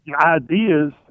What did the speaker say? ideas